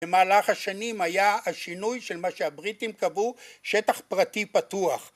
במהלך השנים היה השינוי של מה שהבריטים קבעו ״שטח פרטי פתוח״